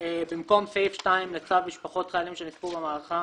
במקום סעיף 2 לצו משפחות חיילים שנספו במערכה